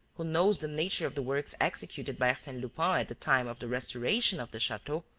who knows the nature of the works executed by arsene lupin at the time of the restoration of the chateau,